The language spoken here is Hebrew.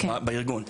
למען הארגון.